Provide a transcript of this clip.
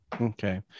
Okay